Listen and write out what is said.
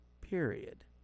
Period